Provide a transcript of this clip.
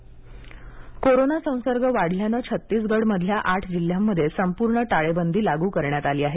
छत्तीसगड टाळेबंदी कोरोना संसर्ग वाढल्यानं छत्तीसगडमधल्या आठ जिल्ह्यांमध्ये संपूर्ण टाळेबंदी लागू करण्यात आली आहे